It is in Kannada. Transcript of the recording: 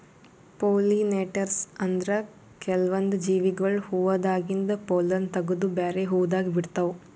ಪೊಲಿನೇಟರ್ಸ್ ಅಂದ್ರ ಕೆಲ್ವನ್ದ್ ಜೀವಿಗೊಳ್ ಹೂವಾದಾಗಿಂದ್ ಪೊಲ್ಲನ್ ತಗದು ಬ್ಯಾರೆ ಹೂವಾದಾಗ ಬಿಡ್ತಾವ್